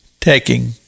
taking